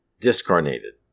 discarnated